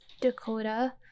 Dakota